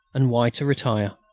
and why to retire.